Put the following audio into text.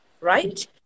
right